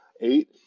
Eight